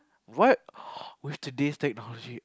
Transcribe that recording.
what with today's technology